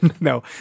No